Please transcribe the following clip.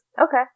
Okay